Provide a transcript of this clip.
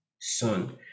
Son